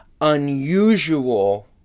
unusual